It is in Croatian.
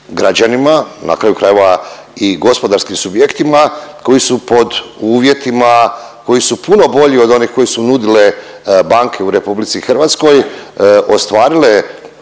građanima, na kraju krajeva i gospodarskim subjektima koji su pod uvjetima koji su puno bolji od onih koje su nudile banke u RH ostvarile